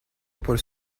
por